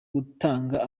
gutanga